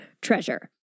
treasure